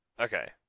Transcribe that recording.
Okay